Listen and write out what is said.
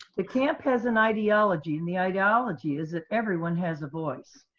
the camp has an ideology and the ideology is that everyone has a voice.